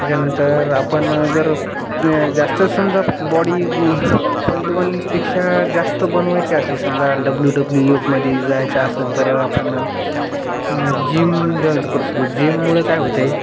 त्याच्यानंतर आपण जर जास्त समजा बॉडी पहिलवानपेक्षा जास्त बनवायचे असले समजा डब्लू डब्ल्यू युकमध्ये जायचं असेल तर आपण जिम जॉईंट करू शकू जिममुळं काय होतं आहे